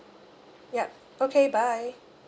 yup okay bye